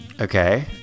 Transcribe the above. Okay